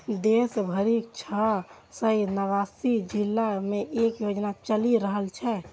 देश भरिक छह सय नवासी जिला मे ई योजना चलि रहल छै